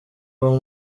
uwo